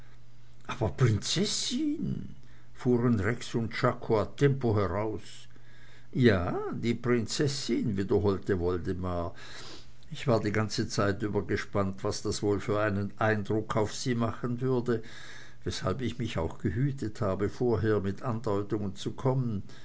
fuhren rex und czako a tempo heraus ja die prinzessin wiederholte woldemar ich war all die zeit über gespannt was das wohl für einen eindruck auf sie machen würde weshalb ich mich auch gehütet habe vorher mit andeutungen zu kommen